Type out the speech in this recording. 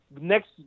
next